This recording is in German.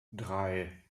drei